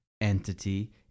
entity